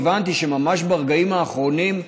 הבנתי שממש ברגעים האחרונים,